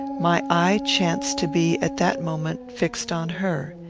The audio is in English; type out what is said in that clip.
my eye chanced to be, at that moment, fixed on her.